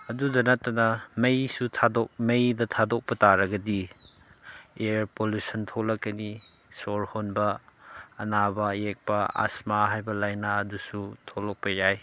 ꯑꯗꯨꯅ ꯅꯠꯇꯅ ꯃꯩꯁꯨ ꯊꯥꯗꯣꯛ ꯃꯩꯗ ꯊꯥꯗꯣꯛꯄ ꯇꯥꯔꯒꯗꯤ ꯑꯦꯌꯔ ꯄꯣꯂꯨꯁꯟ ꯊꯣꯂꯛꯀꯅꯤ ꯁꯣꯔ ꯍꯣꯟꯕ ꯑꯅꯥꯕ ꯑꯌꯦꯛꯄ ꯑꯁꯃꯥ ꯍꯥꯏꯕ ꯂꯥꯏꯅꯥ ꯑꯗꯨꯁꯨ ꯊꯣꯂꯛꯄ ꯌꯥꯏ